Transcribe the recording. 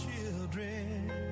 children